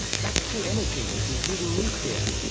back to energy, including nuclear.